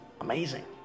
amazing